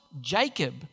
Jacob